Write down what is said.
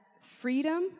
freedom